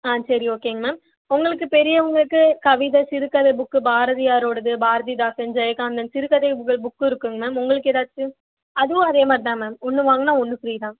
ஆ சரி ஓகேங்க மேம் உங்களுக்கு பெரியவங்களுக்கு கவிதை சிறுகதை புக்கு பாரதியாரோடது பாரதிதாசன் ஜெயகாந்தன் சிறுகதைகள் புக்கும் இருக்குங்க மேம் உங்களுக்கு ஏதாச்சும் அதுவும் அதேமாதிரி தான் மேம் ஒன்று வாங்கினா ஒரு ஃப்ரீ தான்